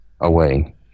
away